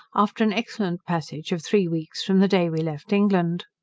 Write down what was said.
after an excellent passage of three weeks from the day we left england.